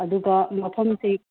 ꯑꯗꯨꯒ ꯃꯐꯝꯁꯤ